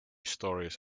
stories